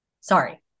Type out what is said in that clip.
sorry